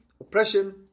oppression